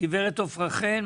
גברת עפרה חן,